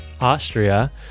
Austria